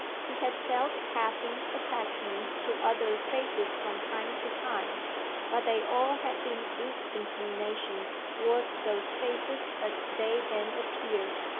he had felt passing attachments to other faces from time to time but they all had been weak inclinations towards those faces as they then appeared.